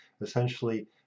essentially